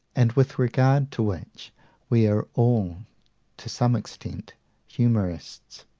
and with regard to which we are all to some extent humourists.